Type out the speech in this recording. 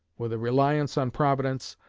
with a reliance on providence,